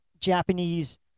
Japanese